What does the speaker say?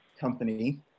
company